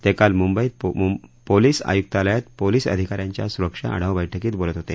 ते काल मुंबईत पोलिस आयुक्तालयात पोलिस अधिकाऱ्यांच्या सुरक्षा आढावा बैठकीत बोलत होते